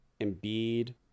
Embiid